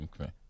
Okay